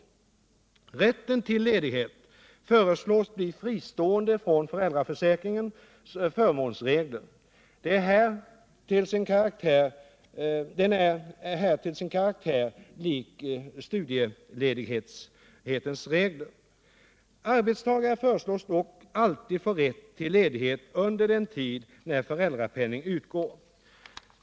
Rätten till ledighet föreslås bli fristående från föräldraförsäkringens förmånsregler. Den rätten är här till sin karaktär lik studieledighetens regler. Arbetstagare föreslås dock alltid få rätt till ledighet under tid då föräldrapenning utgår.